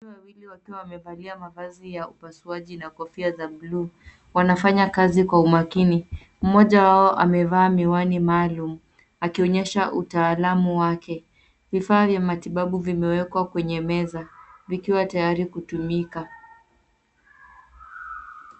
Watu wawili wakiwa wamevalia mavazi ya upasuaji na kofia za bluu, wanafanya kazi kwa umakini. Mmoja wao amevaa miwani maalum akionyesha utaalamu wake. Vifaa vya matibabu vimewekwa kwenye meza, vikiwa tayari kutumika.